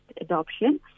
adoption